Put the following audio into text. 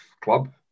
club